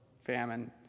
famine